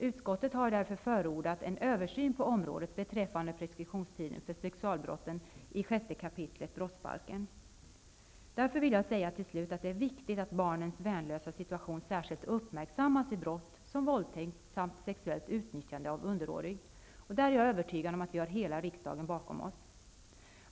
Utskottet har därför förordat en översyn beträffande preskriptionstiden för sexualbrott i 6 kap. brottsbalken. Därför vill jag säga till slut att det är viktigt att barnens värnlösa situation särskilt uppmärksammas vid brott som våldtäkt samt sexuellt utnyttjande av underårig. Där är jag övertygad om att vi har hela riksdagen bakom oss.